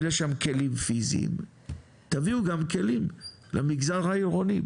לשם כלים פיזיים תביאו גם כלים למגזר העירוני,